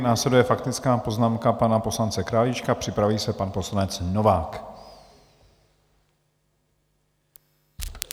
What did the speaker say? Následuje faktická poznámka pana poslance Králíčka, připraví se pan poslanec Novák.